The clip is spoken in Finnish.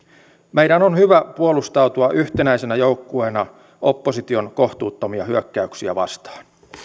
meidän on hyvä puolustautua yhtenäisenä joukkueena opposition kohtuuttomia hyökkäyksiä vastaan